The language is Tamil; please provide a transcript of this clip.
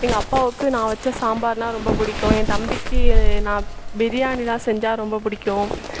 எங்கள் அப்பாவுக்கு நான் வச்ச சாம்பார்னால் ரொம்ப பிடிக்கும் என் தம்பிக்கு அது நான் பிரியாணிலாம் செஞ்சால் ரொம்ப பிடிக்கும்